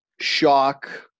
shock